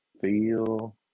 feel